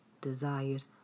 desires